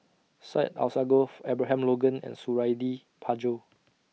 Syed Alsagoff Abraham Logan and Suradi Parjo